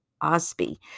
Osby